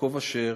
יעקב אשר,